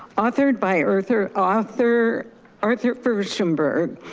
authored by arthur arthur arthur firstenberg,